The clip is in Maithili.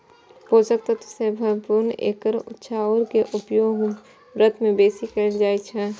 पोषक तत्व सं भरपूर एकर चाउर के उपयोग व्रत मे बेसी कैल जाइ छै